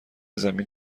زمین